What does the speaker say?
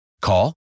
Call